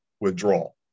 withdrawal